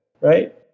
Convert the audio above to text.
right